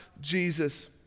Jesus